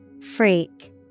Freak